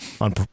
On